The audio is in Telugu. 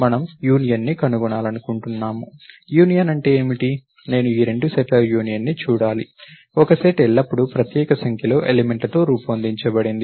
మనము యూనియన్ను కనుగొనాలనుకుంటున్నాము యూనియన్ అంటే ఏమిటి నేను ఈ రెండు సెట్ల యూనియన్ ను చూడాలి ఒక సెట్ ఎల్లప్పుడూ ప్రత్యేక సంఖ్యలో ఎలిమెంట్ల తో రూపొందించబడింది